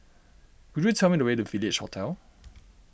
could you tell me the way to Village Hotel